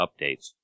Updates